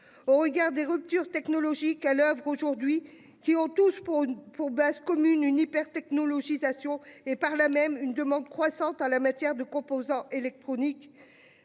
au regard des ruptures technologiques à l'oeuvre aujourd'hui qui ont tous pour pour base commune une hyper technologie Satio et par là même une demande croissante à la matière de composants électroniques.